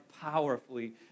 powerfully